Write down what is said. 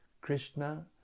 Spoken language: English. Krishna